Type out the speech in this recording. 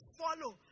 follow